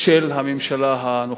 של הממשלה הנוכחית.